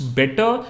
better